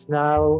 now